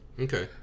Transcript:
Okay